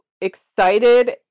excited